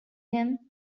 him